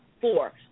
four